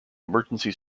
emergency